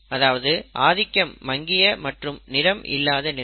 அதாவது ஆதிக்கம் மங்கிய மற்றும் நிறம் இல்லாத நிலை